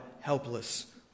helpless